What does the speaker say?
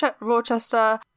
Rochester